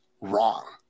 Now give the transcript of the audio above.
wrong